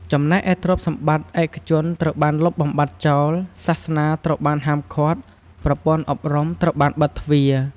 ចំណែកឯទ្រព្យសម្បត្តិឯកជនត្រូវបានលុបបំបាត់ចោល សាសនាត្រូវបានហាមឃាត់ ប្រព័ន្ធអប់រំត្រូវបានបិទទ្វារ។